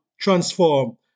transform